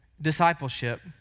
discipleship